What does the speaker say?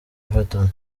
everton